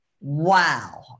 wow